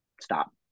Stop